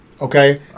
Okay